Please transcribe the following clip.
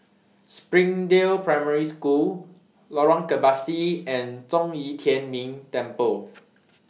Springdale Primary School Lorong Kebasi and Zhong Yi Tian Ming Temple